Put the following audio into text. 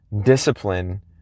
discipline